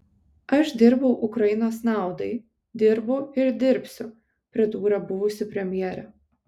aš dirbau ukrainos naudai dirbu ir dirbsiu pridūrė buvusi premjerė